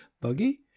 buggy